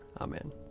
Amen